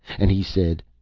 and he said,